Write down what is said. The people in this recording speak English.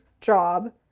job